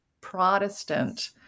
Protestant